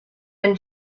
been